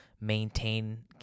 maintain